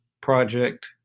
project